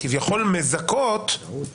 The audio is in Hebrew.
שימש כאמצעי לביצוע עבירה לפי סעיף זה או כדי